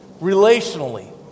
relationally